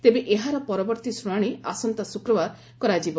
ତେବେ ଏହର ପରବର୍ତ୍ତୀ ଶୁଣାଣି ଆସନ୍ତା ଶୁକ୍ରବାର କରାଯିବ